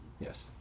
Yes